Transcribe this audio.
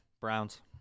Browns